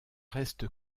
reste